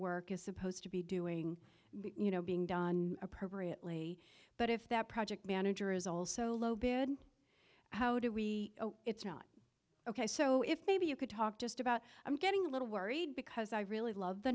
work is supposed to be doing you know being done appropriately but if that project manager is also low bid how do we know it's not ok so if maybe you could talk just about i'm getting a little worried because i really love the